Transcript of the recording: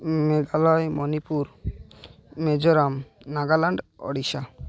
Meghalaya Manipur Mizoram Nagaland Odisha